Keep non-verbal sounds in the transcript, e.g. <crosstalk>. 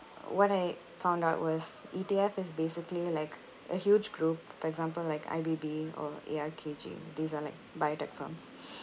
what I found out was E_T_F is basically like a huge group for example like I_B_B or A_R_K_G these are like biotech firms <breath>